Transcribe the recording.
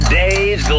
days